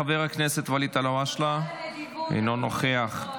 חבר הכנסת ואליד אלהואשלה, אינו נוכח.